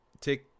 take